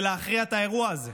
ולהכריע את האירוע הזה.